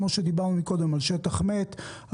כמו שדיברנו מקודם על שטח מת,